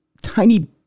tiny